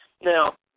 Now